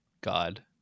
god